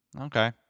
okay